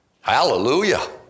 Hallelujah